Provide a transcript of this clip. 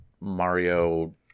Mario